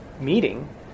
meeting